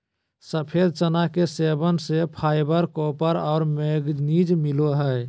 सफ़ेद चना के सेवन से फाइबर, कॉपर और मैंगनीज मिलो हइ